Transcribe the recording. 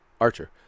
Archer